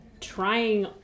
trying